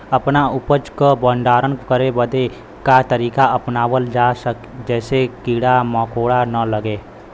अपना उपज क भंडारन करे बदे का तरीका अपनावल जा जेसे कीड़ा मकोड़ा न लगें?